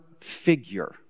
figure